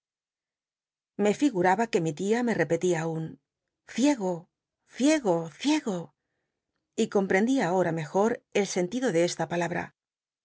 figu raba que mi lin me repelía aun ciego ciego ciego y comp rendía ahora mejor el sentido de esta palabra